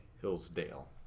Hillsdale